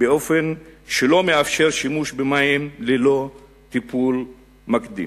באופן שלא מאפשר שימוש במים ללא טיפול מקדים.